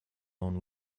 own